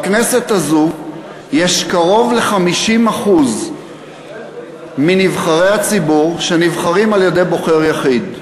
בכנסת הזאת קרוב ל-50% מנבחרי הציבור נבחרים על-ידי בוחר יחיד.